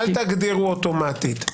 אל תגדירו אוטומטית.